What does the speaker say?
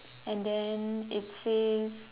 and then it says